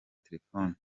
telefoni